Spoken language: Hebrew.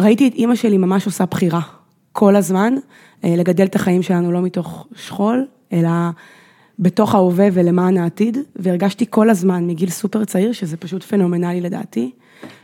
ראיתי את אימא שלי ממש עושה בחירה, כל הזמן, לגדל את החיים שלנו, לא מתוך שכול, אלא בתוך האווה ולמען העתיד, והרגשתי כל הזמן, מגיל סופר צעיר, שזה פשוט פנומנלי לדעתי.